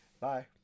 Bye